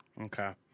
okay